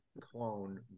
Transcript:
clone